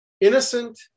Innocent